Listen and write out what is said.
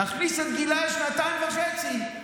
תכניס את גילי שנתיים וחצי,